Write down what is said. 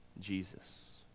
Jesus